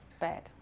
bad